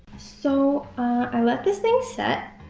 so i let this thing set.